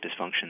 dysfunction